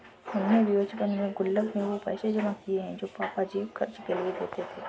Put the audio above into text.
हमने भी बचपन में गुल्लक में वो पैसे जमा किये हैं जो पापा जेब खर्च के लिए देते थे